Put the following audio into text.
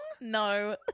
No